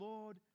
Lord